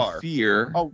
fear